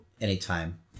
anytime